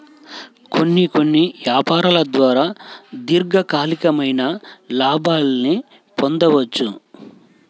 కొన్ని కొన్ని యాపారాల ద్వారా దీర్ఘకాలికమైన లాభాల్ని పొందొచ్చు